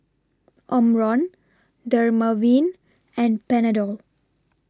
Omron Dermaveen and Panadol